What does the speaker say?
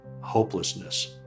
hopelessness